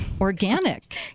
Organic